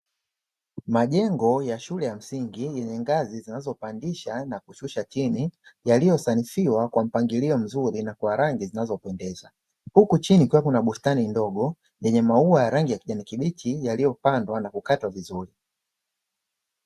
Majengo ya shule ya msingi yenye ngazi zinazopandisha na kushusha chini yaliyosanifiwa kwa mpangilio mzuri na kwa rangi zinazopendeza, huku chini kukiwa na bustani ndogo yenye maua ya rangi ya kijani kibichi yaliyopandwa na kukatwa vizuri.